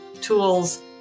tools